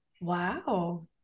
Wow